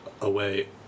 away